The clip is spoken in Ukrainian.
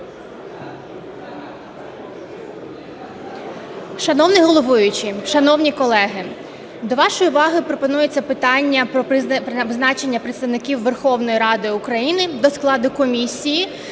Шановний головуючий, шановні колеги! До вашої уваги пропонується питання про призначення представників Верховної Ради України до складу комісії